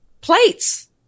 Plates